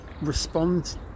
respond